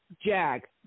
Jag